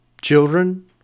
children